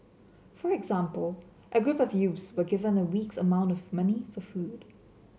for example a group of youths were given a week's amount of money for food